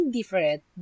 different